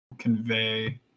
convey